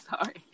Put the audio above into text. Sorry